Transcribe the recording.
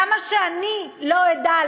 למה שאני לא אדע?